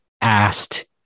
asked